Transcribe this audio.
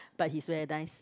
but he's very nice